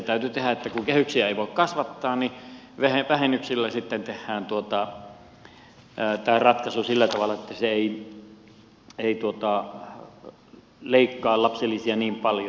kun kehyksiä ei voi kasvattaa niin vähennyksillä sitten tehdään tämä ratkaisu sillä tavalla että se ei leikkaa lapsilisiä niin paljon